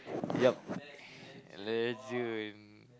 yup legend